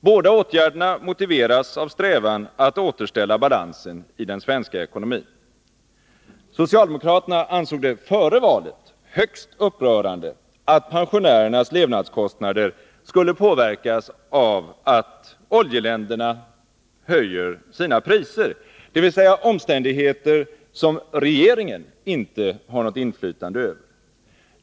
Båda åtgärderna motiveras av strävan att återställa balansen i den svenska ekonomin. Socialdemokraterna ansåg det före valet högst upprörande att pensionärernas levnadskostnader skulle påverkas av att oljeländerna höjer sina priser, dvs. omständigheter som regeringen inte har något inflytande över.